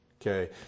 Okay